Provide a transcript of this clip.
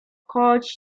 choć